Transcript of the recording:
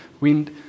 wind